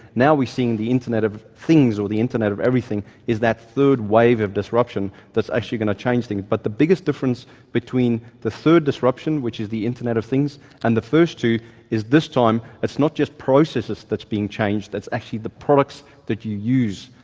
now we're seeing the internet of things or the internet of everything is that third wave of disruption that's actually going to change things. but the biggest difference between the third disruption, which is the internet of things and the first two is this time it's not just processes that's being changed, it's actually the products that you use.